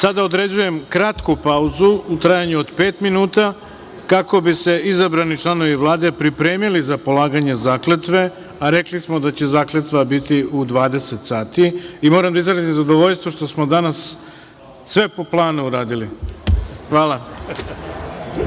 određujem kratku pauzu u trajanju od pet minuta kako bi se izabrani članovi Vlade pripremili za polaganje zakletve, a rekli smo da će zakletva biti u 20 časova. Moram da izrazim zadovoljstvo što smo danas sve po planu uradili. Hvala.(Posle